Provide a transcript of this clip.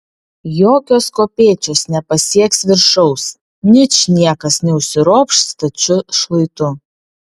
jokios kopėčios nepasieks viršaus ničniekas neužsiropš stačiu šlaitu